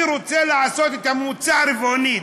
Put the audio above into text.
אני רוצה לעשות את הממוצע הרבעוני,